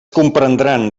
comprendran